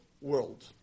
world